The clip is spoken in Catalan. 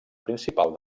principal